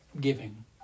giving